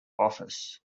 office